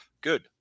good